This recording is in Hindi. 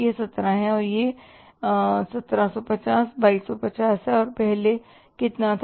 यह 17 है या यह 1750 2250 है और पहले कितना था